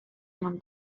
enam